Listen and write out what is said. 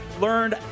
learned